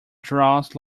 draws